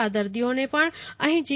આ દર્દીઓને પણ અહી જી